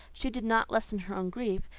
she did not lessen her own grief,